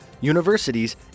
universities